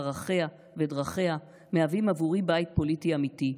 ערכיה ודרכיה מהווים עבורי בית פוליטי אמיתי,